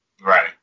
Right